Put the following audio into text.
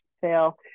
fail